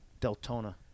Deltona